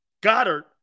Goddard